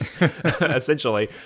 essentially